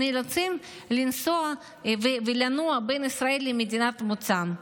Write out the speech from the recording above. נאלצים לנסוע ולנוע בין ישראל למדינת מוצאם?